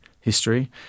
history